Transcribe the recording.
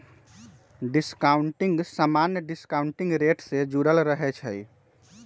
discounting समान्य discounting rate से जुरल रहै छइ